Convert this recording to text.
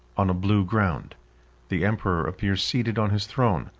on a blue ground the emperor appears seated on his throne,